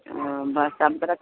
ओ बस